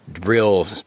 real